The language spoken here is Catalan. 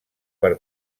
per